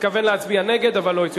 התכוון להצביע נגד, אבל לא יוצא.